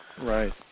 Right